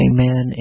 Amen